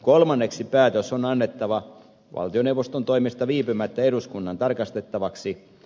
kolmanneksi päätös on annettava valtioneuvoston toimesta viipymättä eduskunnan tarkastettavaksi